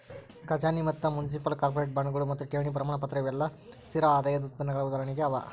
ಖಜಾನಿ ಮತ್ತ municipal, corporate ಬಾಂಡ್ಗಳು ಮತ್ತು ಠೇವಣಿ ಪ್ರಮಾಣಪತ್ರ ಇವೆಲ್ಲಾ ಸ್ಥಿರ ಆದಾಯದ್ ಉತ್ಪನ್ನಗಳ ಉದಾಹರಣೆ ಅವ